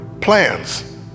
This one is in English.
plans